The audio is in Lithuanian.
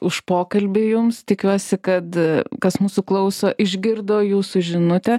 už pokalbį jums tikiuosi kad kas mūsų klauso išgirdo jūsų žinutę